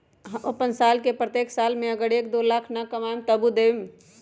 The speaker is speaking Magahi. हम अपन साल के प्रत्येक साल मे अगर एक, दो लाख न कमाये तवु देम?